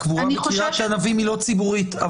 הקבורה בקריית ענבים היא לא ציבורית.